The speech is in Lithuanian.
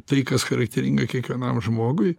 tai kas charakteringa kiekvienam žmogui